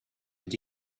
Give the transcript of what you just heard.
and